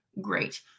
great